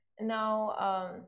Now